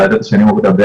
לא ידעתי שאני אמור לדבר,